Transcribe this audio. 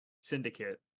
syndicate